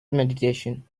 meditation